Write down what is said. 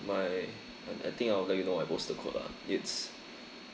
my I think I will let you know my postal code lah it's